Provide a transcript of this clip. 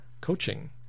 Coaching